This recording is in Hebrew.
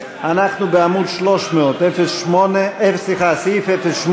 300. סעיף 09